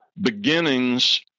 Beginnings